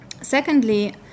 secondly